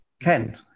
Ken